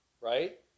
Right